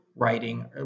Writing